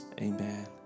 Amen